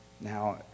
Now